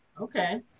Okay